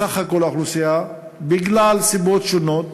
באוכלוסייה הערבית, בגלל סיבות שונות,